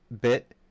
bit